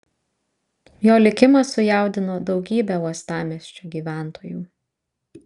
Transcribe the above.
jo likimas sujaudino daugybę uostamiesčio gyventojų